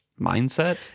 mindset